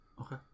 okay